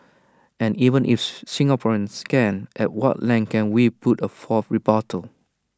and even if Singaporeans can at what length can we put forth A rebuttal